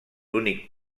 únic